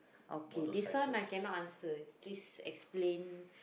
okay this one I cannot answer please explain